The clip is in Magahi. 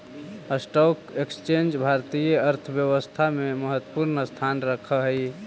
स्टॉक एक्सचेंज भारतीय अर्थव्यवस्था में महत्वपूर्ण स्थान रखऽ हई